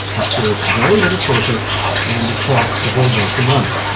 it served very little purpose and it costs a whole bunch of money.